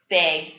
big